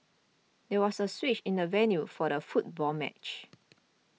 there was a switch in the venue for the football match